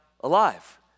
alive